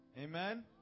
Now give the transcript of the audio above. Amen